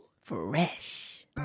Fresh